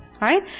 Right